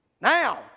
Now